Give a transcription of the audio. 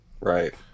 Right